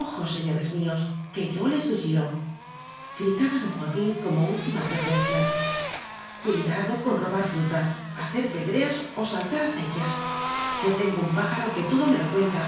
ojo señores míos que yo les vigilo gritaba d joaquín como última advertencia cuidado con robar fruta hacer pedreas ó saltar acequias yo tengo un pájaro que todo lo me cuenta